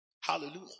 Hallelujah